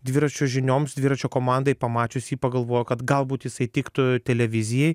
dviračio žinioms dviračio komandai pamačius jį pagalvojo kad galbūt jisai tiktų televizijai